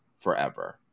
forever